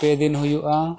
ᱯᱮ ᱫᱤᱱ ᱦᱩᱭᱩᱜᱼᱟ